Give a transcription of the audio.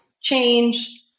change